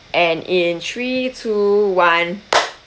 and in three two one